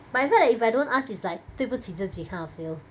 but I felt that if I don't ask it's like 对不起自己 kind of feel